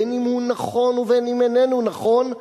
בין שהוא נכון ובין שאיננו נכון,